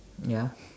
ya